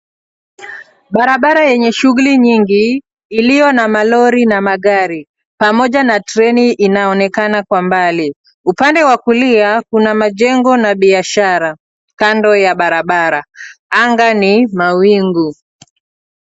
Barabara yenye shughuli nyingi iliyo na malori na magari pamoja na treni inayoonekana kwa mbali. Upande wa kulia kuna majengo na biashara kando ya barabara. Anga ni mawingu.